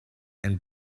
and